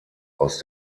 aus